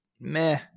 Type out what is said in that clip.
meh